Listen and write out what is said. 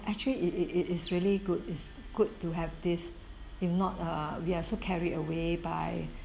actually it it it is really good it's good to have this if not err we are so carried away by